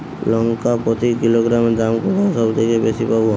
লঙ্কা প্রতি কিলোগ্রামে দাম কোথায় সব থেকে বেশি পাব?